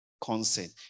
consent